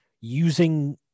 using